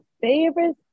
favorite